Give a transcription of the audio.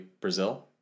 Brazil